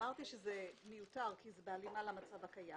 כשאמרתי שזה מיותר כי זה בהלימה למצב הקיים,